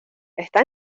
está